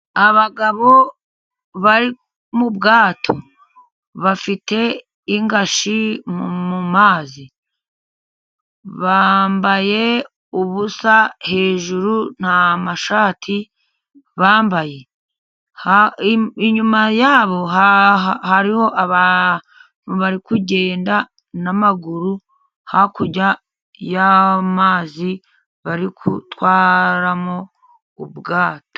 Abagabo bari mu bwato, bafite ingashyi mu mazi, bambaye ubusa hejuru, nta mashati bambaye, inyuma yabo hariho abantu bari kugenda n'amaguru hakurya y'amazi bari gutwaramo ubwato.